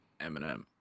Eminem